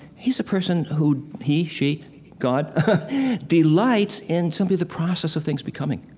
he's a person who he she god delights in simply the process of things becoming.